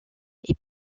est